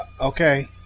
Okay